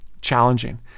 challenging